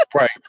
Right